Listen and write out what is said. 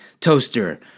toaster